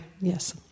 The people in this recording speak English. yes